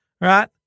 Right